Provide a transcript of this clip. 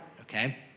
okay